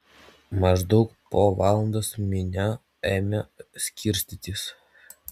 maždaug po valandos minia ėmė skirstytis